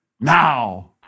now